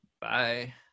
Bye